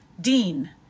Dean